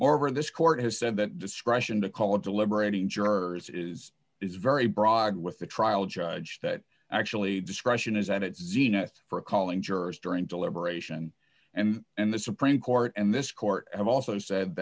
moreover this court has said that discretion to call a deliberating jurors is is very broad with the trial judge that actually discretion is at its zenith for calling jurors during deliberation and and the supreme court and this court and also said